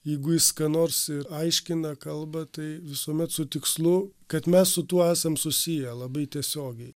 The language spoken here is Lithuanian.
jeigu jis ką nors aiškina kalba tai visuomet su tikslu kad mes su tuo esam susiję labai tiesiogiai